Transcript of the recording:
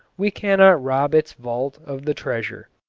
we cannot rob its vault of the treasure.